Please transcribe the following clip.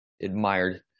admired